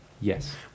Yes